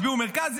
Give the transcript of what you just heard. הצביעו מרכז,